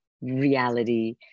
reality